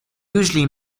usually